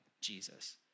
Jesus